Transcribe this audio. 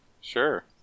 Sure